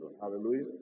Hallelujah